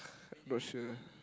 not sure